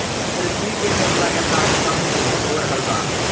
पृथ्वी के जल लगातार कम हो रहल बा